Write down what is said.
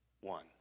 one